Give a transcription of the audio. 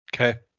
Okay